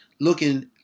looking